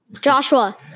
Joshua